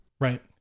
Right